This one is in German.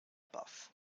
baff